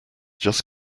just